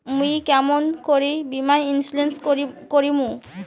মুই কেমন করি বীমা ইন্সুরেন্স করিম?